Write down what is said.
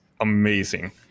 amazing